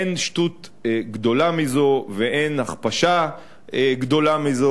אין שטות גדולה מזו ואין הכפשה גדולה מזו,